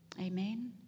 Amen